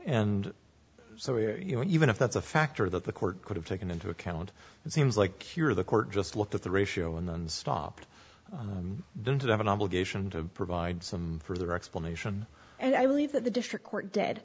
and so you know even if that's a dr that the court could have taken into account it seems like here the court just looked at the ratio and then stopped then to have an obligation to provide some further explanation and i believe that the district court d